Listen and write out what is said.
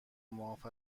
معاف